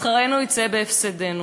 שכרנו יצא בהפסדנו.